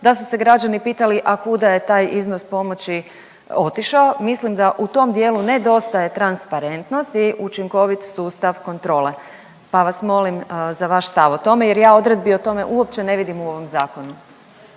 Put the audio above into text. da su se građani pitali a kuda je taj iznos pomoći otišao, mislim da u tom dijelu nedostaje transparentnost i učinkovit sustav kontrole, pa vas molim za vaš stav o tome jer ja odredbi o tome uopće ne vidim u ovom zakonu.